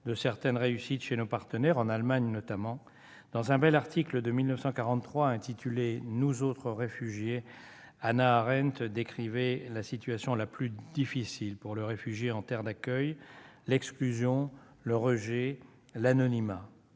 de certaines réussites chez nos partenaires, en Allemagne notamment. Dans un bel article de 1943 intitulé « Nous autres réfugiés », Hannah Arendt décrivait la situation la plus douloureuse pour le réfugié en terre d'accueil : l'exclusion, le rejet, l'anonymat.